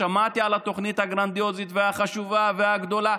שמעתי על התוכנית הגרנדיוזית והחשובה והגדולה,